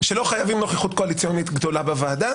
שלא חייבים נוכחות קואליציונית גדולה בוועדה,